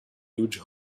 huge